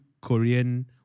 Korean